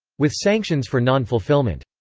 with sanctions for non-fulfillment.